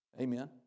Amen